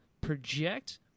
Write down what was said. project